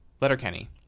Letterkenny